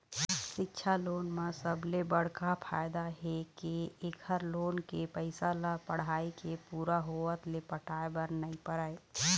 सिक्छा लोन म सबले बड़का फायदा ए हे के एखर लोन के पइसा ल पढ़ाई के पूरा होवत ले पटाए बर नइ परय